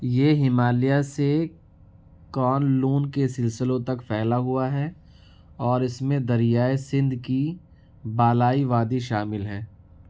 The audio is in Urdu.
یہ ہمالیہ سے کونلون کے سلسلوں تک پھیلا ہوا ہے اور اس میں دریائے سندھ کی بالائی وادی شامل ہے